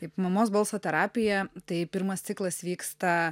taip mamos balso terapija tai pirmas ciklas vyksta